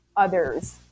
Others